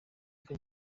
rya